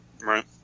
Right